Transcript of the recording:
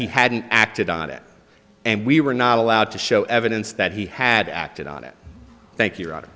he hadn't acted on it and we were not allowed to show evidence that he had acted on it thank you ro